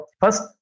first